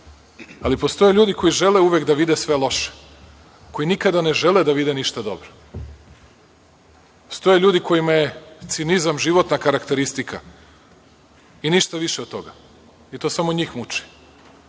diče. Postoje ljudi koji žele uvek da vide sve loše, koji nikada ne žele da vide ništa dobro. Postoje ljudi kojima je cinizam životna karakteristika i ništa više od toga i to samo njih muči.